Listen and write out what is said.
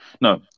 No